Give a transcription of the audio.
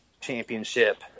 championship